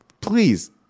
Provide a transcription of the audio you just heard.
Please